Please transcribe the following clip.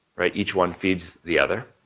right? each one feeds the other,